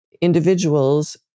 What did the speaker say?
individuals